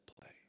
play